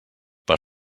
per